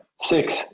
Six